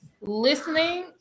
Listening